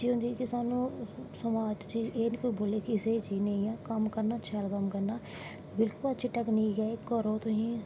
एह् होंदा कि साह्नू सगोआं कोई एह् नी बोल्ले कि एह् चीज़ नेंई ऐ कम्म कतरनां सैल कम्म करनां बिल्कुल अच्छी टैकनीक ऐ करो तुस